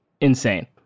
Insane